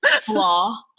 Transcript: flaw